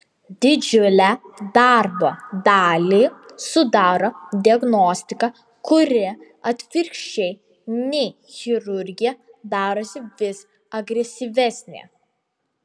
didžiulę darbo dalį sudaro diagnostika kuri atvirkščiai nei chirurgija darosi vis agresyvesnė